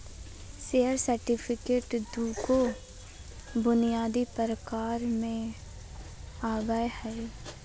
share certificate दू गो बुनियादी प्रकार में आवय हइ